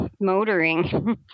motoring